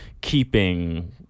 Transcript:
keeping